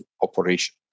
operation